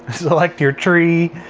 select your tree.